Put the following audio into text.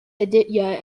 aditya